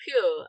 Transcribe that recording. pure